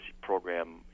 program